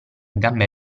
gambe